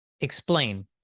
explain